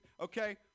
okay